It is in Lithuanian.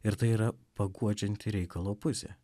ir tai yra paguodžianti reikalo pusė